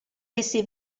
essi